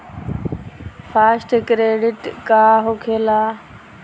Fast credit का होखेला?